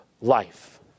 life